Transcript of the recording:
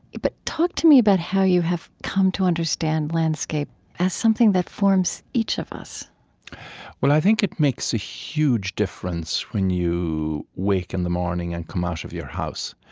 but talk to me about how you have come to understand landscape as something that forms each of us well, i think it makes a huge difference, when you wake in the morning and come out of your house,